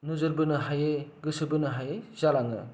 नोजोर बोनो हायै गोसो बोनो हायै जालाङो